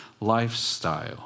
lifestyle